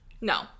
No